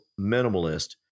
minimalist